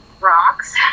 Rocks